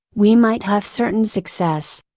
we might have certain success.